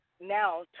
now